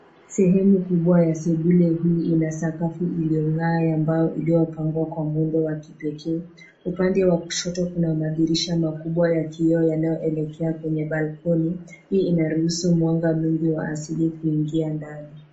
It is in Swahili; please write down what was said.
Sehemu kubwa ya sebule hii ina sakafu iliong'aa ya mbao iliyopangwa kwa muundo wa kipekee. Upande wa kushoto kuna madirisha makubwa ya kioo yanaoelekea kwenye palikoni. Hii inaruhusu mwanga wa asili kuingia ndani.